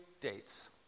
dates